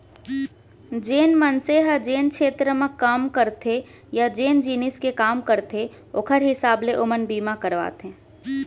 जेन मनसे ह जेन छेत्र म काम करथे या जेन जिनिस के काम करथे ओकर हिसाब ले ओमन बीमा करवाथें